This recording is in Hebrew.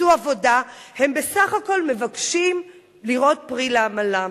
מצאו עבודה, הם בסך הכול מבקשים לראות פרי לעמלם,